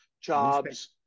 Jobs